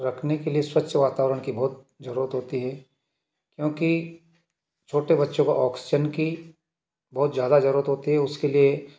रखने के लिए स्वच्छ वातावरण की बहुत ज़रूरत होती है क्योंकि छोटे बच्चों को ऑक्सीज़न की बहुत ज़्यादा ज़रूरत होती है उसके लिए